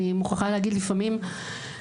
אני מוכרחה להגיד לפעמים,